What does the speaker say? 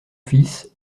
fils